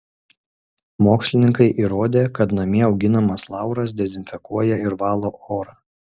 mokslininkai įrodė kad namie auginamas lauras dezinfekuoja ir valo orą